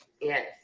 Yes